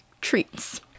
treats